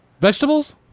Vegetables